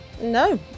No